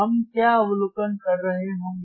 हम क्या अवलोकन कर रहे होंगे